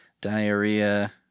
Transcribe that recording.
diarrhea